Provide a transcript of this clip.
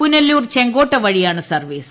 പുനലൂർ ചെങ്കോട്ട വഴിയാണ് സർവീസ്